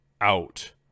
out